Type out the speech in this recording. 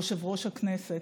יושב-ראש הכנסת,